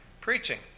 preaching